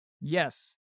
Yes